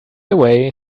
away